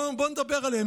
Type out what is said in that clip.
בואו נדבר עליהם.